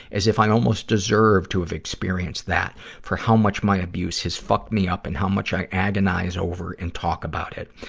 as if i almost deserved to have experienced that for how much my abuse has fucked me up and how much i agonize over and talk about it.